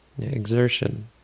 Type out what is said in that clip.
exertion